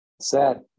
Sad